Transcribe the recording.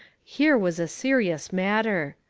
here was a serious matter.